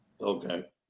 Okay